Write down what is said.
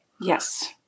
Yes